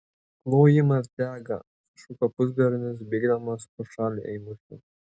klojimas dega sušuko pusbernis bėgdamas pro šalį eimučio